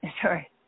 Sorry